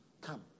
Come